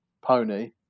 pony